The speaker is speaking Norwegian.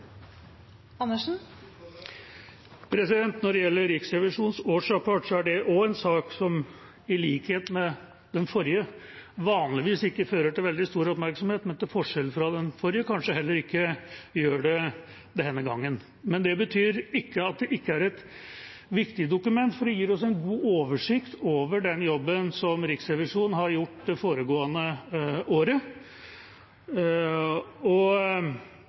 i likhet med den forrige, vanligvis ikke fører til veldig stor oppmerksomhet, men som til forskjell fra den forrige kanskje heller ikke gjør det denne gangen. Det betyr ikke at det ikke er et viktig dokument, for det gir oss en god oversikt over den jobben som Riksrevisjonen har gjort det foregående året, og